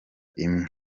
imwe